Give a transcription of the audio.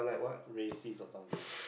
racist or something